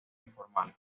informal